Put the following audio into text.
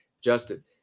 Justin